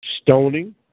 stoning